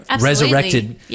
Resurrected